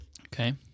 okay